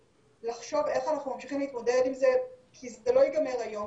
ולחשוב איך אנחנו ממשיכים להתמודד עם זה כי זה לא ייגמר היום,